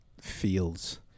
Fields